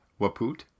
Wapoot